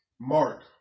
Mark